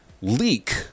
leak